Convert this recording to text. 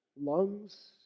lungs